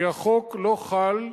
כי החוק לא חל,